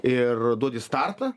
ir duoti startą